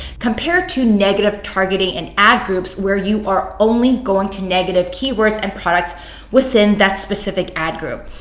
compared to negative targeting in ad groups where you are only going to negative keywords and products within that specific ad group.